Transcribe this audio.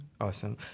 Awesome